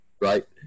Right